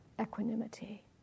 equanimity